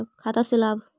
खाता से लाभ?